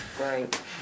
Right